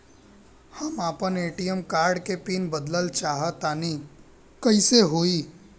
हम आपन ATM card के पीन बदलल चाहऽ तनि कइसे होई?